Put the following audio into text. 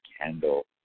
candle